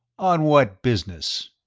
on what business?